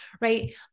right